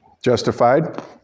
justified